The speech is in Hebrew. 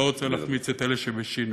לא רוצה להחמיץ את אלה שבשי"ן